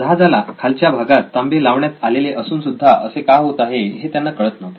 जहाजाला खालच्या भागात तांबे लावण्यात आलेले असून सुद्धा असे का होत आहे हे त्यांना कळत नव्हते